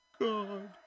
God